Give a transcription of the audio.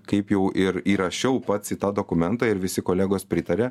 kaip jau ir įrašiau pats į tą dokumentą ir visi kolegos pritarė